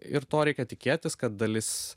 ir to reikia tikėtis kad dalis